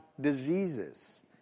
diseases